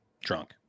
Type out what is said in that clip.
drunk